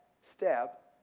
step